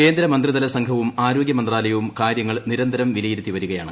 കേന്ദ്ര മന്ത്രിതല സംഘവും ആരോഗ്യ മന്ത്രാല്യവും കാര്യങ്ങൾ നിരന്തരം വിലയിരുത്തി വരുകയാണ്